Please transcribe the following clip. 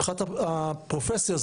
מבחינת הפרופסיה,